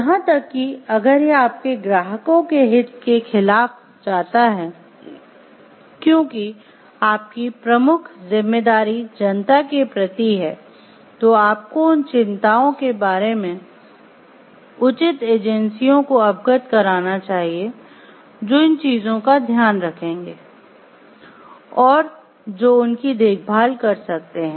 यहां तक कि अगर यह आपके ग्राहकों के हित के खिलाफ जाता है क्योंकि आपकी प्रमुख जिम्मेदारी जनता के प्रति है तो आपको उन चिंताओं के बारे में उचित एजेंसियों को अवगत कराना चाहिए जो उन चीजों का ध्यान रखेंगे और जो उनकी देखभाल कर सकते हैं